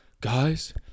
guys